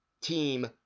team